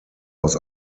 aus